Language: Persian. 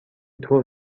طور